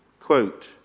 Quote